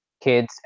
kids